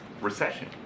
recession